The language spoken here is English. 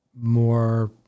more